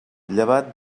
llevat